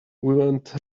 went